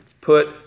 put